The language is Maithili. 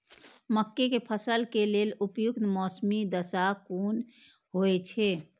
मके के फसल के लेल उपयुक्त मौसमी दशा कुन होए छै?